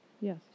Yes